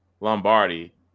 Lombardi